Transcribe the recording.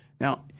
Now